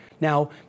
Now